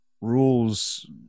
rules